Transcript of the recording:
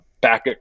back